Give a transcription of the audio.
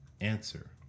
answer